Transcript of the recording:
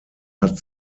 hat